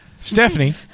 Stephanie